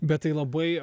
bet tai labai